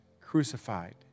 crucified